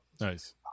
Nice